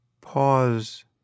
Pause